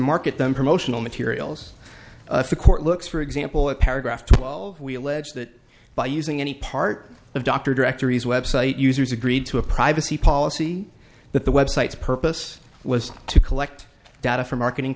market them promotional materials the court looks for example a paragraph to well we allege that by using any part of dr directories website users agreed to a privacy policy that the web site's purpose was to collect data for marketing